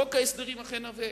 חוק ההסדרים אכן עבה,